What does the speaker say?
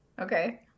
okay